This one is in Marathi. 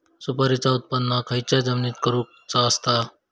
सुपारीचा उत्त्पन खयच्या जमिनीत करूचा असता?